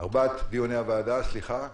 ארבעת דיוני הוועדה, סליחה.